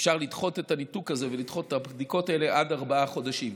אפשר לדחות את הניתוק הזה ולדחות את הבדיקות האלה עד ארבעה חודשים.